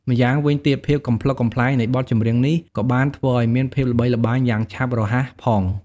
ម្យ៉ាងវិញទៀត ភាពកំប្លុកកំប្លែងនៃបទចំរៀងនេះក៏បានធ្វើឱ្យមានភាពល្បីល្បាញយ៉ាងឆាប់រហ័សផង។